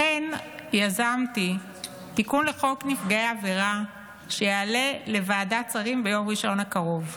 לכן יזמתי תיקון לחוק נפגעי עבירה שיעלה לוועדת שרים ביום ראשון הקרוב.